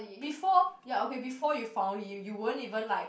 before ya okay before you found him you wouldn't even like